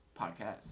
Podcast